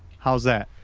how's that?